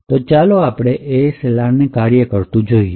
તો ચાલો એ ASLR ને કાર્ય કરતું જોઈએ